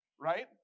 Right